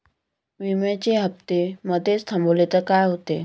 विम्याचे हफ्ते मधेच थांबवले तर काय होते?